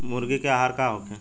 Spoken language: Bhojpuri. मुर्गी के आहार का होखे?